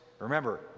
remember